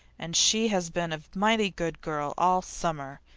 and she has been a mighty good girl all summer,